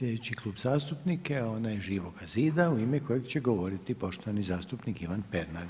Sljedeći Klub zastupnika je onaj Živog zida, u ime kojeg će govoriti poštovani zastupnik Ivan Pernar.